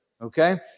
Okay